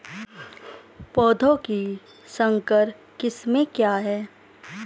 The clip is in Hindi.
पौधों की संकर किस्में क्या हैं?